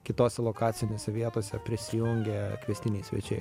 kitose lokacinėse vietose prisijungė kviestiniai svečiai